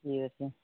ଠିକ୍ ଅଛି